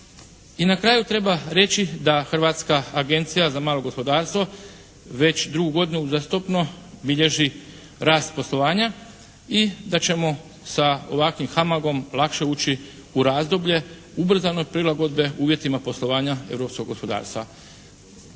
I na kraju treba reći da Hrvatska agencija za malo gospodarstvo već drugu godinu uzastopno bilježi rast poslovanja i da ćemo sa ovakvim HAMAG-om lakše ući u razdoblje ubrzane prilagodbe uvjetima poslovanja europskog gospodarstva.